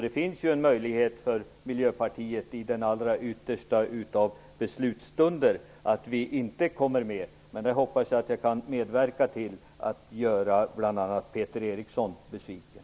Det finns alltså en möjlighet för Miljöpartiet att vi i den allra yttersta beslutstunden inte kommer med. Men där hoppas jag kunna medverka till att göra bl.a. Peter Eriksson besviken.